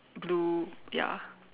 blue ya